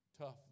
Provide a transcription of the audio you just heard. tough